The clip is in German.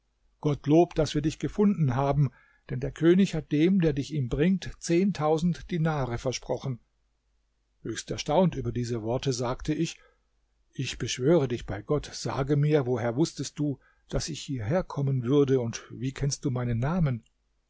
gottlob daß wir dich gefunden haben denn der könig hat dem der dich ihm bringt zehntausend dinare versprochen höchst erstaunt über diese worte sagte ich ich beschwöre dich bei gott sage mir woher wußtest du daß ich hierherkommen würde und wie kennst du meinen namen